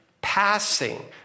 passing